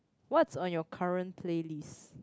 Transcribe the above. what's on your current playlist